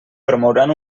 promouran